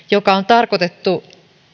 joka on tarkoitettu